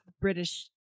British